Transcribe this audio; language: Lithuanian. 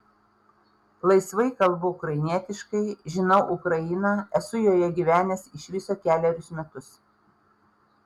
laisvai kalbu ukrainietiškai žinau ukrainą esu joje gyvenęs iš viso kelerius metus